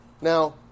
Now